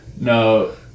No